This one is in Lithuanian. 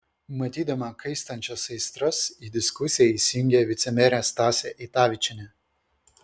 matydama kaistančias aistras į diskusiją įsijungė vicemerė stasė eitavičienė